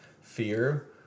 fear